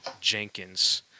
Jenkins